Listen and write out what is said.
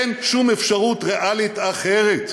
אין שום אפשרות ריאלית אחרת.